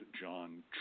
John